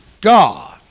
God